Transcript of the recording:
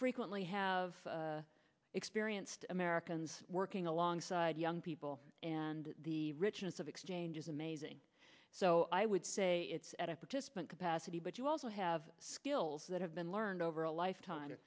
frequently have experienced americans working alongside young people and the richness of exchange is amazing so i would say it's at a participant capacity but you also have skills that have been learned over a lifetime